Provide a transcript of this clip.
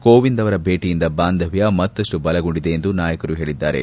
ಕೋವಿಂದ್ ಅವರ ಭೇಟಿಯಿಂದ ಬಾಂಧವ್ಯ ಮತ್ತಷ್ಟು ಬಲಗೊಂಡಿದೆ ಎಂದು ನಾಯಕರು ಹೇಳಿದ್ದಾರೆ